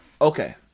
Okay